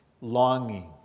longing